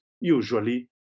usually